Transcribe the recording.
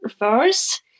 reverse